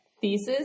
thesis